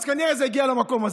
אז כנראה זה הגיע למקום הזה.